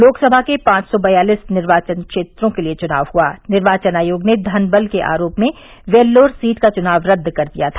लोकसभा के पांच सौ बयालिस निर्वाचन क्षेत्रों के लिए चुनाव हुआ निर्वाचन आयोग ने धनबल के आरोप में वेल्लोर सीट का चुनाव रद्द कर दिया था